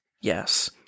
Yes